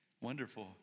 Wonderful